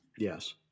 Yes